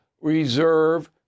reserve